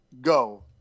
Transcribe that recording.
go